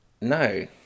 No